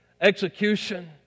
execution